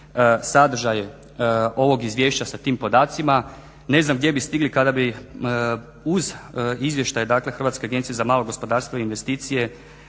sadržaj ovog izvješća sa tim podacima. Ne znam gdje bi stigli kada bi uz izvještaj HAMAG INVEST-a također podnosili i financijska